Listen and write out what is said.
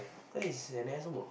cause he's an asshole